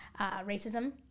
racism